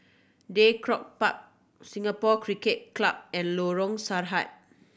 Draycott Park Singapore Cricket Club and Lorong Sarhad